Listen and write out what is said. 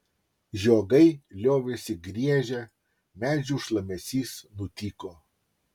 žiogai liovėsi griežę medžių šlamesys nutyko